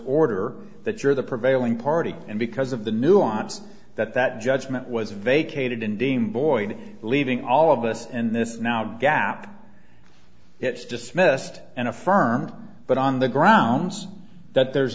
order that you're the prevailing party and because of the nuance that that judgment was vacated in deemed void leaving all of that and it's now gap it's dismissed and affirmed but on the grounds that there's